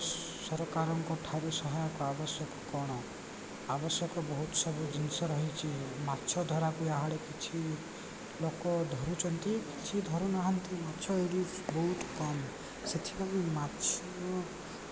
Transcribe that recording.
ସରକାରଙ୍କ ଠାରୁ ସହାୟକ ଆବଶ୍ୟକ କ'ଣ ଆବଶ୍ୟକ ବହୁତ ସବୁ ଜିନିଷ ରହିଛି ମାଛ ଧରାକୁ କିଛି ଲୋକ ଧରନ୍ତି କିଛି ଧରୁନାହାନ୍ତି ମାଛ ଏଇରି ବହୁତ କମ୍ ସେଥିପାଇଁ ମାଛ